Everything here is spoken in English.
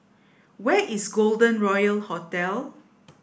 where is Golden Royal Hotel